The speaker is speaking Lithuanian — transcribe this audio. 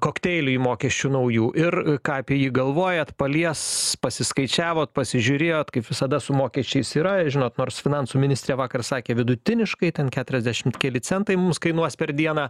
kokteiliui mokesčių naujų ir ką apie jį galvojat palies pasiskaičiavot pasižiūrėjot kaip visada su mokesčiais yra ir žinot nors finansų ministrė vakar sakė vidutiniškai ten keturiasdešimt keli centai mums kainuos per dieną